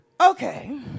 Okay